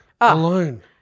alone